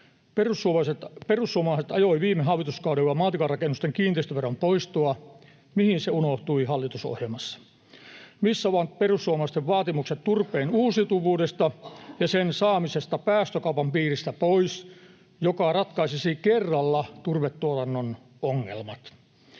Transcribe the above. Perussuomalaiset ajoivat viime hallituskaudella maatilarakennusten kiinteistöveron poistoa. Mihin se unohtui hallitusohjelmasta? Missä ovat perussuomalaisten vaatimukset turpeen uusiutuvuudesta ja sen saamisesta päästökaupan piiristä pois, jotka ratkaisisivat kerralla turvetuotannon ongelmat?